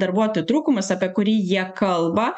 darbuotojų trūkumas apie kurį jie kalba